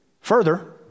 Further